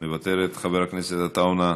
מוותרת, חבר הכנסת עטאונה,